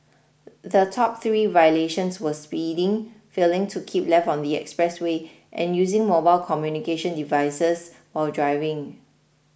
the top three violations were speeding failing to keep left on the expressway and using mobile communications devices while driving